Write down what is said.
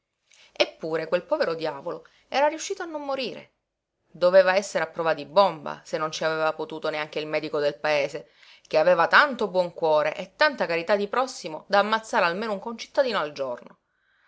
eppure quel povero diavolo era riuscito a non morire doveva essere a prova di bomba se non ci aveva potuto neanche il medico del paese che aveva tanto buon cuore e tanta carità di prossimo da ammazzare almeno un concittadino al giorno